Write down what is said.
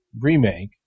remake